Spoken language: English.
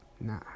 nah